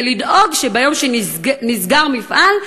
ולדאוג שביום שנסגר מפעל,